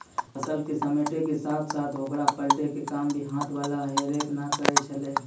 फसल क समेटै के साथॅ साथॅ होकरा पलटै के काम भी हाथ वाला हे रेक न करै छेलै